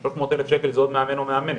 שלוש מאות אלף שקל זה עוד מאמן או מאמנת.